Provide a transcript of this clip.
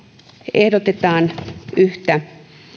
ehdotetaan yhtä